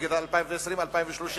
נגיד עד 2020 או 2030,